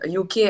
UK